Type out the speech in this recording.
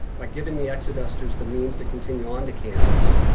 by giving the exodusters the means to continue on to kansas,